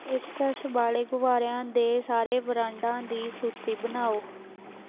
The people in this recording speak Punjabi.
ਪੇਸ਼ਕਸ਼ ਵਾਲੇ ਗੁਬਾਰਿਆਂ ਦੇ ਸਾਰੇ ਬ੍ਰਾਂਡਾਂ ਦੀ ਸੂਚੀ ਬਣਾਓ